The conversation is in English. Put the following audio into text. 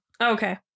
Okay